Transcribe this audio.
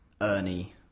Ernie